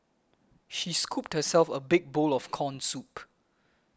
she scooped herself a big bowl of Corn Soup